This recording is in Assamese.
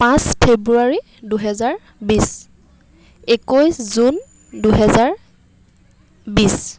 পাঁচ ফেব্ৰুৱাৰী দুহেজাৰ বিছ একৈছ জুন দুহেজাৰ বিছ